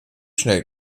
schnell